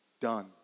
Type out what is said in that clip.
done